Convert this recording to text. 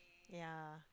yea